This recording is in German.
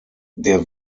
der